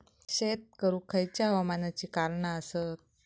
शेत करुक खयच्या हवामानाची कारणा आसत?